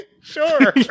sure